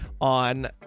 on